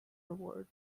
award